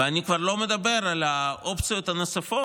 ואני כבר לא מדבר על האופציות הנוספות,